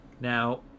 Now